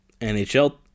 NHL